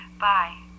Bye